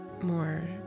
more